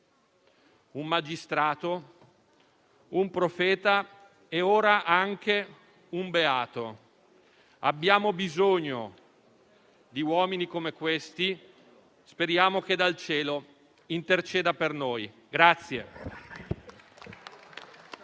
un magistrato, un profeta e ora anche un beato: abbiamo bisogno di uomini come questi. Speriamo che dal Cielo interceda per noi.